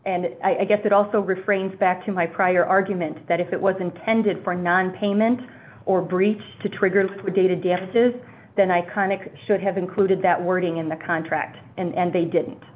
and i guess it also refrains back to my prior argument that if it was intended for nonpayment or breach to trigger data damages then iconic should have included that wording in the contract and they didn't